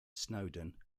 snowden